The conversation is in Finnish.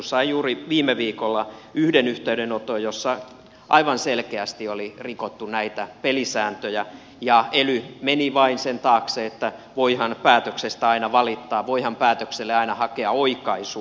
sain juuri viime viikolla yhden yhteydenoton jossa aivan selkeästi oli rikottu näitä pelisääntöjä ja ely meni vain sen taakse että voihan päätöksestä aina valittaa voihan päätökselle aina hakea oikaisua